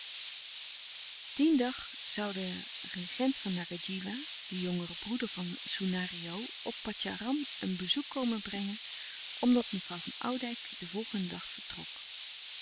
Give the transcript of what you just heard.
dien dag zoû de regent van ngadjiwa de jongere broeder van soenario op patjaram een bezoek komen brengen omdat mevrouw van oudijck den volgenden dag vertrok